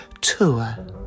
tour